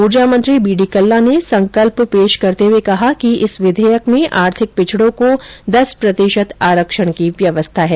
उर्जा मंत्री B D Kalla ने संकल्प पेश करते हये कहा कि इस विधेयक में आर्थिक पिछडों को दस प्रतिशत आरक्षण की व्यवस्था है